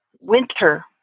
winter